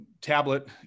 tablet